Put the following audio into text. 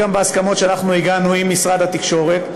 וזה גם בהסכמות שאנחנו הגענו אליהן עם משרד התקשורת,